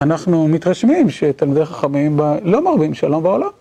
אנחנו מתרשמים שתלמידי חכמים לא מרבים שלום בעולם.